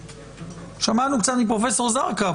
שמענו קצת מפרופ' זרקא,